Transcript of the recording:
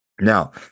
Now